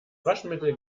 waschmittel